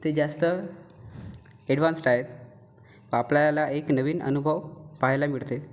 ती जास्त ॲडव्हान्सड आहे आपल्याला एक नवीन अनुभव पहायला मिळते